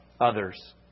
others